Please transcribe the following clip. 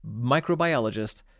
microbiologist